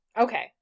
Okay